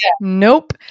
Nope